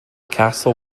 castle